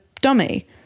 dummy